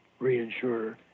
Reinsurer